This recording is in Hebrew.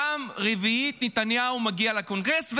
פעם רביעית נתניהו מגיע לקונגרס,